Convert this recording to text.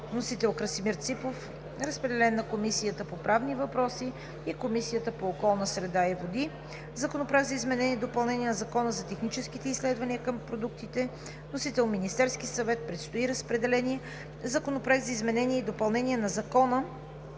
Вносител – Красимир Ципов. Разпределен е на Комисията по правни въпроси и Комисията по околната среда и водите. Законопроект за изменение и допълнение на Закона за техническите изисквания към продуктите. Вносител – Министерският съвет. Предстои разпределение. Законопроект за изменение и допълнение на Закона